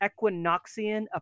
Equinoxian